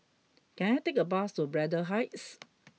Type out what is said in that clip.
can I take a bus to Braddell Heights